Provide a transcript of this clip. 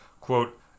Quote